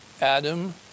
Adam